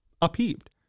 upheaved